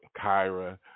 Kyra